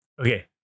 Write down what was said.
Okay